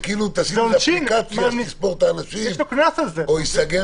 זה כאילו תשים אפליקציה ותספור את האנשים או המקום ייסגר.